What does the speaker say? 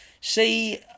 See